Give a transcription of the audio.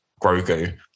Grogu